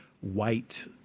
white